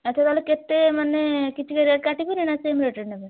ଆଚ୍ଛା ତା'ହେଲେ କେତେ ମାନେ କିଛି ରେଟ୍ କାଟିବେ ନା ସେମ୍ ରେଟ୍ରେ ନେବେ